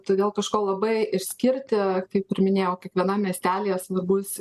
todėl kažko labai išskirti kaip ir minėjau kiekvienam miestelyje svarbus